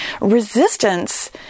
Resistance